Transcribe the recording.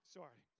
Sorry